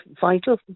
vital